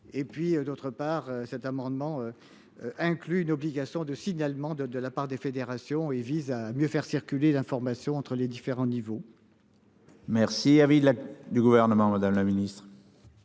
et puis d'autre part, cet amendement. Inclut une obligation de signalement de de la part des fédérations et vise à mieux faire circuler l'information entre les différents niveaux. Merci avait. Du gouvernement Madame la ministre.